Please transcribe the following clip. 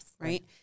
right